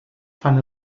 fan